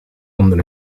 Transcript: onder